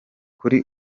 kuri